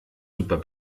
super